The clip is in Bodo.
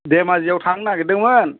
धेमाजिआव थांनो नागिरदोंमोन